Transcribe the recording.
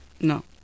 no